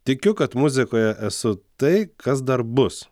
tikiu kad muzikoje esu tai kas dar bus